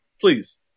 please